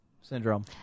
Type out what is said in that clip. syndrome